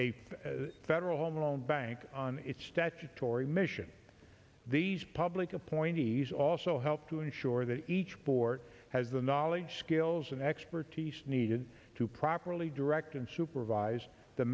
pay federal home loan bank on its statutory mission these public appointees also help to ensure that each board has the knowledge skills and expertise needed to properly direct and supervise the